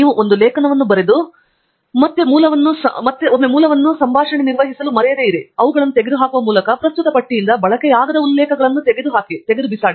ನೀವು ಒಂದು ಲೇಖನವನ್ನು ಬರೆದು ಒಮ್ಮೆ ಮೂಲವನ್ನು ಮತ್ತೆ ಸಂಭಾಷಣೆ ನಿರ್ವಹಿಸಲು ಮರೆಯದಿರಿ ಮತ್ತು ಅವುಗಳನ್ನು ತೆಗೆದುಹಾಕುವ ಮೂಲಕ ಪ್ರಸ್ತುತ ಪಟ್ಟಿಯಿಂದ ಬಳಕೆಯಾಗದ ಉಲ್ಲೇಖಗಳನ್ನು ತೆಗೆದುಹಾಕಿ